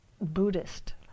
Buddhist